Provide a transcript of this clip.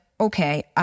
okay